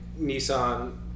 Nissan